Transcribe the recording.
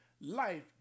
Life